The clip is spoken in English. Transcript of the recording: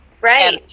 Right